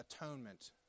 atonement